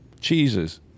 cheeses